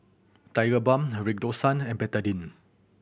Tigerbalm Redoxon and Betadine